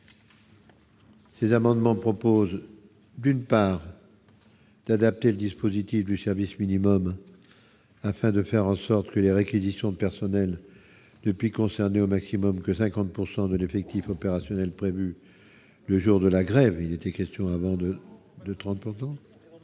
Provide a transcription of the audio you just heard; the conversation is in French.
Ces amendements proposent d'une part, d'adapter le dispositif du service minimum afin de faire en sorte que les réquisitions de personnel depuis au maximum que 50 pourcent de l'effectif opérationnel prévue le jour de la grève, il était question avant de de